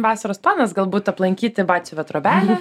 vasaros planas galbūt aplankyti batsiuvio trobelę